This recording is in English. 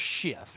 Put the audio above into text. shift